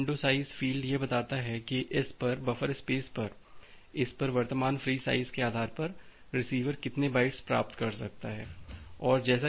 तो यह window size field यह बताता है कि इस पर बफर स्पेस पर इस पर वर्तमान फ्री साइज़ के आधार पर रिसीवर कितने बाइट्स प्राप्त कर सकता है है